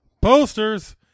Posters